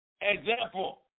example